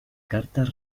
cartas